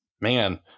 man